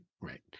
right